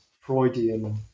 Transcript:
Freudian